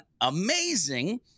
amazing